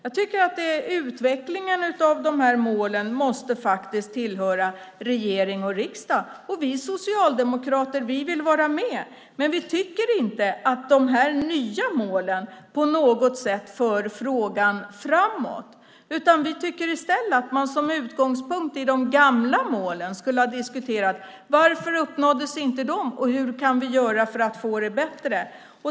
Detta med utvecklingen av de här målen måste faktiskt tillhöra regering och riksdag. Vi socialdemokrater vill vara med men tycker inte att de här nya målen på något sätt för frågan framåt. I stället skulle man, tycker vi, med utgångspunkt i de gamla målen ha diskuterat varför dessa inte uppnåddes och hur vi kan göra för att få det bättre.